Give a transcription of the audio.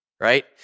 right